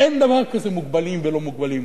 אין דבר כזה מוגבלים ולא מוגבלים.